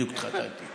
בדיוק התחתנתי.